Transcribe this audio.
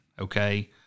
okay